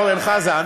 אורן חזן.